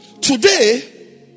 Today